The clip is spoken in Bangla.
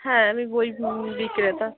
হ্যাঁ আমি বই বিক্রেতা